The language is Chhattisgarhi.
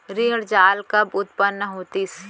ऋण जाल कब उत्पन्न होतिस?